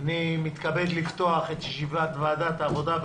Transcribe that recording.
אני מתכבד לפתוח את ישיבת ועדת העבודה,